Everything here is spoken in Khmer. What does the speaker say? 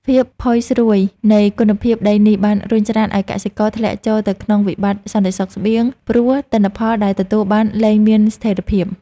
ភាពផុយស្រួយនៃគុណភាពដីនេះ បានរុញច្រានឱ្យកសិករធ្លាក់ចូលទៅក្នុងវិបត្តិសន្តិសុខស្បៀង ព្រោះទិន្នផលដែលទទួលបានលែងមានស្ថិរភាព។